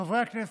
חברי הכנסת,